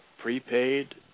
prepaid